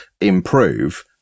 improve